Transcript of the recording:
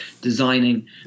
designing